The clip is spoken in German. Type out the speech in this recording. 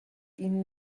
ihnen